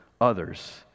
others